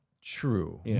True